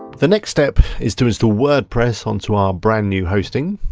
the next step is to instal wordpress onto our brand new hosting.